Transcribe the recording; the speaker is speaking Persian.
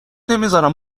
نمیزارم